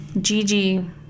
Gigi